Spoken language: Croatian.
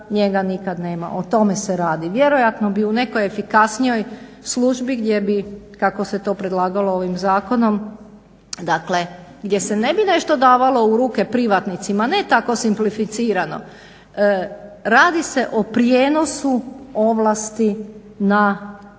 njega nikad nema, o tome se radi. Vjerojatno bi u nekoj efikasnijoj službi gdje bi kako se to predlagalo ovim zakonom dakle gdje se ne bi nešto davalo u ruke privatnicima ne tako simplificirano, radi se o prijenosu ovlasti na